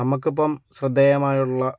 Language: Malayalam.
നമ്മക്കിപ്പം ശ്രദ്ധേയമായുള്ള